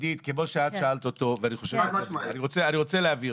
עידית, כמו שאת שאלת אותו ואני רוצה להבהיר.